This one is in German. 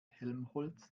helmholtz